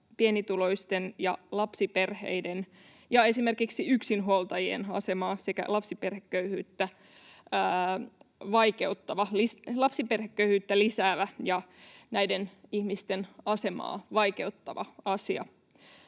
pienituloisten ja lapsiperheiden ja esimerkiksi yksinhuoltajien kannalta sekä lapsiperheköyhyyttä lisäävä ja näiden ihmisten asemaa vaikeuttava asia.